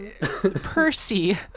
Percy